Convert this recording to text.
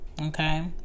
okay